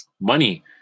money